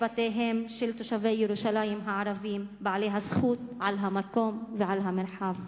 בתיהם של תושבי ירושלים הערבים בעלי הזכות על המקום ועל המרחב.